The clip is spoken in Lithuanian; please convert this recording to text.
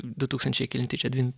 du tūkstančiai kelinti čia dvim